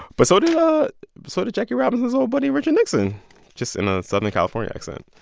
but so did ah so did jackie robinson's old buddy, richard nixon just in a southern california accent.